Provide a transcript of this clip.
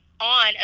on